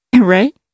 Right